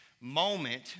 moment